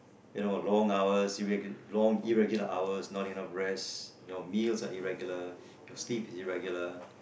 you know long hours irreg~ long irregular hours not enough rest you know meals are irregular your sleep is irregular